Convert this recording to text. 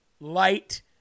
light